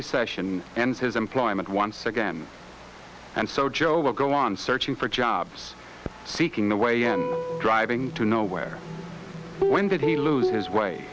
recession ends his employment once again and so joe will go on searching for jobs seeking the way and driving to nowhere when did he lose his way